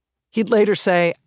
he'd later say,